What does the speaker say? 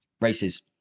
races